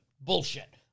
bullshit